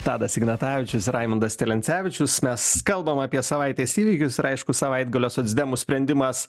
tadas ignatavičiusir raimundas celencevičius mes kalbam apie savaitės įvykius ir aišku savaitgalio socdemų sprendimas